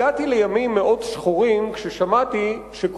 בהמשך הגענו לימים שחורים נוספים כשקראו